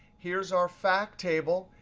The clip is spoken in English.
here's our fact table.